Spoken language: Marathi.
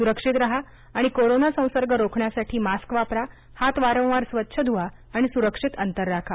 सुरक्षित राहा आणि कोरोना संसर्ग रोखण्यासाठी मास्क वापरा हात वारंवार स्वच्छ धूवा आणि सुरक्षित अंतर राखा